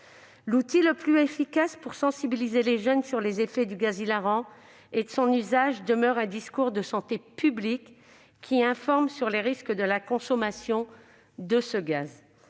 L'outil le plus efficace pour sensibiliser les jeunes sur les effets de cet usage du gaz hilarant demeure un discours de santé publique qui informe sur les risques posés par la consommation de ce gaz.